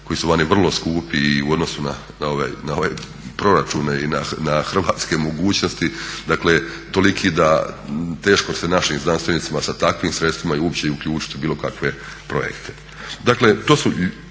koji su vani vrlo skupi i u odnosu na ove proračune i na hrvatske mogućnosti, dakle toliki da teško se našim znanstvenicima sa takvim sredstvima i uopće i uključiti u bilo kakve projekte. Dakle, to su,